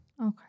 Okay